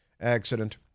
accident